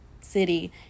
city